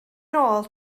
nôl